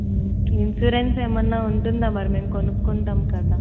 insurance ఎమన్నా ఉంటుందా మరి మేం కొనుక్కుంటాం కదా